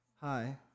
Hi